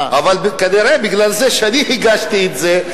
מה, אבל כנראה בגלל זה שאני הגשתי את זה.